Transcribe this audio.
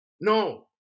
No